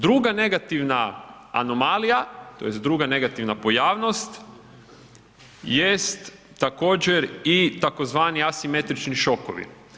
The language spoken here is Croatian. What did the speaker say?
Druga negativna anomalija, tj. druga negativna pojavnost jest također i tzv. asimetrični šokovi.